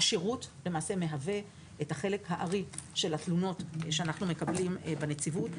השירות מהווה את חלק הארי של התלונות שאנחנו מקבלים בנציבות.